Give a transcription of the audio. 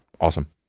Awesome